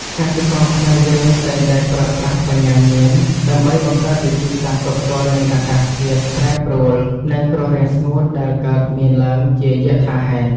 កសិករខ្មែរយើងតែងតែប្រើប្រាស់បញ្ញាញាណដើម្បីបង្កើតវិធីសាស្ត្រទប់ទល់នឹងអាកាសធាតុប្រែប្រួល និងគ្រោះរាំងស្ងួតដែលកើតមានឡើងជាយថាហេតុ។